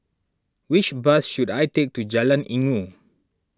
which bus should I take to Jalan Inggu